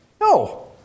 No